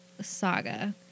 saga